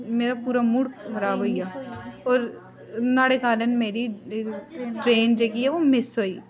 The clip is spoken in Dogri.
मेरा पूरा मूड़ खराब होई गेआ होर नुहाड़े कारण मेरी ट्रेन जेह्की ऐ ओह् मिस होई